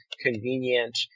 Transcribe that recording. convenient